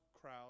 crowd